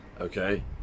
okay